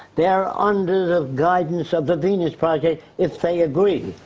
they are under the guidance of the venus project, if they agree.